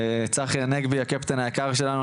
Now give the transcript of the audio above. צחי הנגבי הקפטן היקר שלנו,